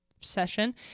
session